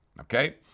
Okay